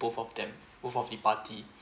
both of them both of the party